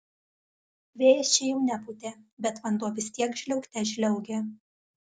vėjas čia jau nepūtė bet vanduo vis tiek žliaugte žliaugė